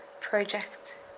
project